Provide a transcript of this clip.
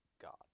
God